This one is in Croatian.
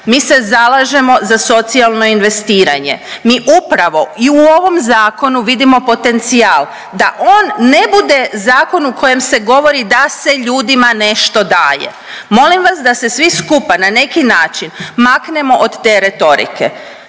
Mi se zalažemo za socijalno investiranje, mi upravo i u ovom zakonu vidimo potencijal da on ne bude zakon u kojem se govori da se ljudima nešto daje. Molim vas da se svi skupa na neki način maknemo od te retorike.